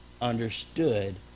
understood